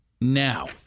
now